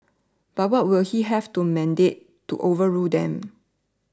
but will he have the mandate to overrule them